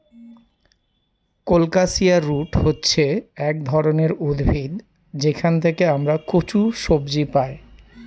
colocasia root হচ্ছে এক ধরনের উদ্ভিদ যেখান থেকে আমরা কচু সবজি পাই